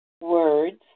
words